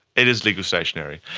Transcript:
it is legal stationery.